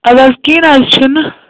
اَدٕ حظ کیٚنہہ نہ حظ چھُنہٕ